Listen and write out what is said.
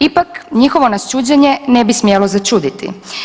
Ipak njihovo nas čuđenje ne bi smjelo začuditi.